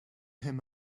him